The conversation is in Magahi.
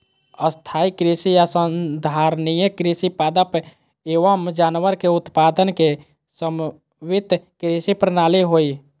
स्थाई कृषि या संधारणीय कृषि पादप एवम जानवर के उत्पादन के समन्वित कृषि प्रणाली हई